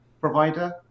provider